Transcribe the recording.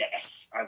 yes